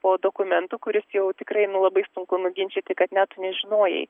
po dokumentu kuris jau tikrai nu labai sunku nuginčyti kad ne tu nežinojai